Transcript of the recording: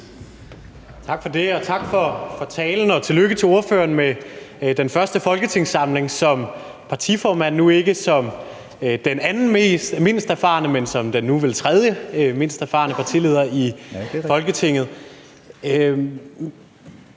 Tak for det. Tak for talen, og tillykke til ordføreren med den første folketingssamling som partiformand, nu ikke som den andenmindst erfarne, men som den nu vel tredjemindst erfarne partileder i Folketinget.